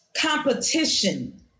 competition